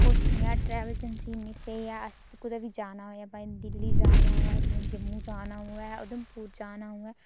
और Sneha travel agency इन्नी स्हेई ऐ असें कुतै बी जाना होऐ भाएं दिल्ली जाना होऐ जियां जम्मू जाना होऐ उधमपुर जाना होऐ